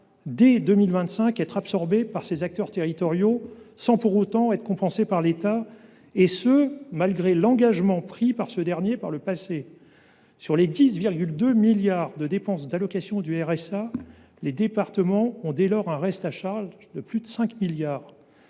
dès 2025, être absorbée par les départements sans pour autant être compensée par l’État, malgré l’engagement pris par ce dernier par le passé. Sur les 10,2 milliards d’euros de dépenses d’allocation du RSA, les départements auront un reste à charge de plus de 5 milliards.